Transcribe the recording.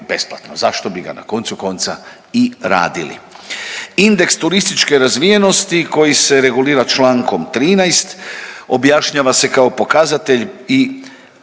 Zašto bi ga na koncu konca i radili? Indeks turističke razvijenosti koji se regulira člankom 13. objašnjava se kao pokazatelj koji